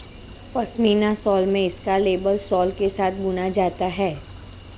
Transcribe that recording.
pashmina shawl में इसका label सोल के साथ बुना जाता है